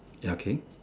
ya K